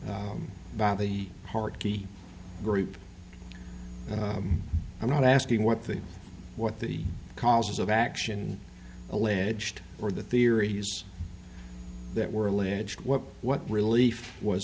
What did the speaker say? filed by the party group and i'm not asking what the what the causes of action alleged or the theories that were alleged what what relief was